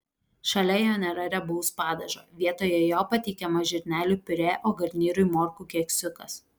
šalia jo nėra riebaus padažo vietoje jo pateikiama žirnelių piurė o garnyrui morkų keksiukas